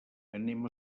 anem